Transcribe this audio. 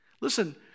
Listen